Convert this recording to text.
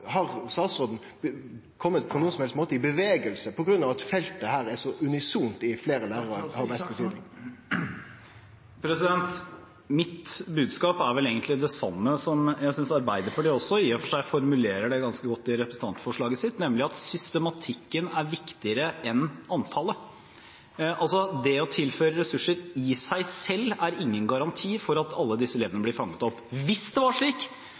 statsråden på nokon som helst måte kome i bevegelse på grunn av at feltet her er så unisont for fleire lærarar? Mitt budskap er vel egentlig det samme som jeg synes Arbeiderpartiet i og for seg også formulerer ganske godt i representantforslaget sitt, nemlig at systematikken er viktigere enn antallet. Det å tilføre ressurser er i seg selv ingen garanti for at alle disse elevene blir fanget opp. Hvis det var slik,